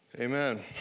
Amen